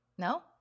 No